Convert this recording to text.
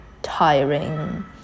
tiring